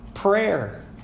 Prayer